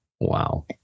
Wow